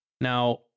Now